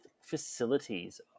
facilities